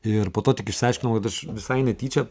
ir po to tik išsiaiškinau kad aš visai netyčia